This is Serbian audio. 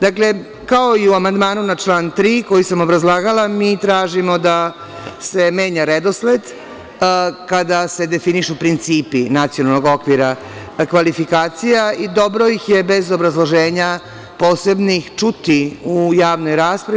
Dakle, kao i u amandmanu na član 3. koji sam obrazlagala, mi tražimo da se menja redosled kada se definišu principi nacionalnog okvira kvalifikacija i dobro ih je, bez obrazloženja posebnih, čuti u javnoj raspravi.